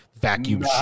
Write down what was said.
Vacuum